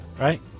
right